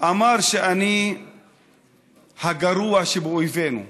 אמר שאני הגרוע שבאויבינו,